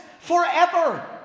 Forever